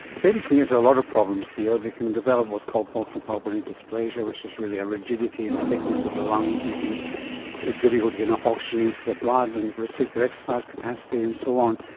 babies can get into a lot of problems here, they can develop what's called bronchopulmonary dysplasia which is really a rigidity and thickness of the lungs, making it difficult to get enough oxygen into the blood and restrict their exercise capacity and so on,